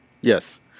Yes